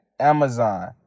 amazon